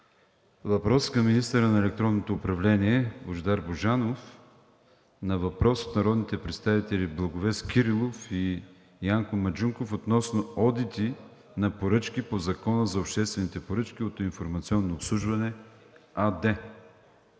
въпрос към министъра на електронното управление Божидар Божанов на въпрос от народните представители Благовест Кирилов и Йордан Маджунков относно одити на поръчки по Закона за обществените поръчки от „Информационно обслужване“ АД.